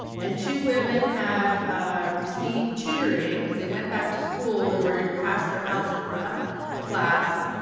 and two women have received tutoring because they went back to school in order to pass their algebra class,